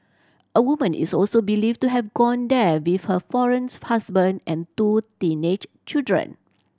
a woman is also believed to have gone there with her foreign husband and two teenage children